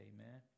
Amen